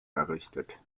errichtet